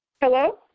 Hello